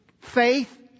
Faith